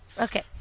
Okay